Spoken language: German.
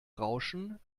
rauschen